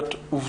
דבר